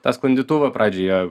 tą sklandytuvą pradžioje